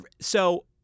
So-